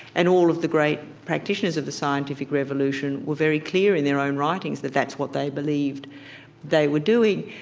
and all of the great practitioners of the scientific revolution were very clear in their own writings that that's what they believed they were doing.